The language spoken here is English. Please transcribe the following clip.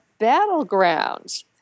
battlegrounds